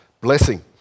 blessing